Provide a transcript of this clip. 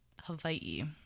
Hawaii